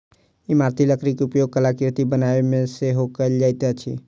इमारती लकड़ीक उपयोग कलाकृति बनाबयमे सेहो कयल जाइत अछि